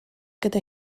gyda